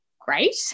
great